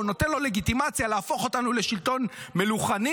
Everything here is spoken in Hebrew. נותן לו לגיטימציה להפוך אותנו לשלטון מלוכני,